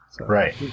Right